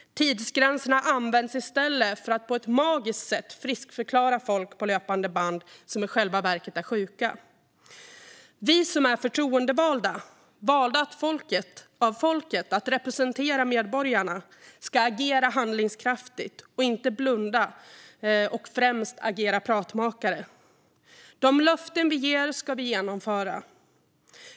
Tidsgränserna används i stället till att på ett magiskt sätt friskförklara folk på löpande band som i själva verket är sjuka. Vi som är förtroendevalda, valda av folket att representera medborgarna, ska agera handlingskraftigt, inte blunda och främst agera pratmakare. De löften vi ger ska vi genomföra.